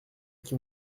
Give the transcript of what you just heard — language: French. qui